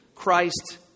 Christ